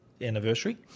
anniversary